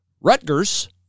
Rutgers